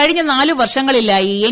കഴിഞ്ഞ നാല് വർഷങ്ങളിലായി എൻ